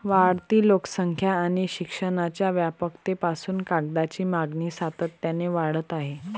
वाढती लोकसंख्या आणि शिक्षणाच्या व्यापकतेपासून कागदाची मागणी सातत्याने वाढत आहे